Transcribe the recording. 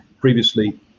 previously